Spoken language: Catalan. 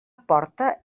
porta